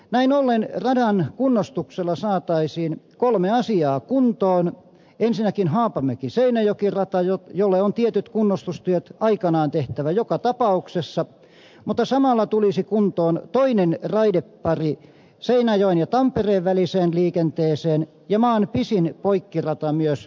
näin ollen radan kunnostuksella saataisiin kolme asiaa kuntoon ensinnäkin haapamäkiseinäjoki rata jolle on tietyt kunnostustyöt aikanaan tehtävä joka tapauksessa mutta samalla tulisi kuntoon toinen raidepari seinäjoen ja tampereen väliseen liikenteeseen ja maan pisin poikkirata myös hyvään kuntoon